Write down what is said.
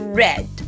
red